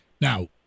Now